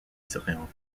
seraient